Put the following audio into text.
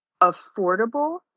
affordable